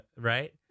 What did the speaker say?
Right